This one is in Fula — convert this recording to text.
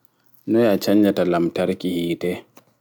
Noi a canja ta lamtarki yiite